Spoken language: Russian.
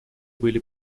были